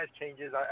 changes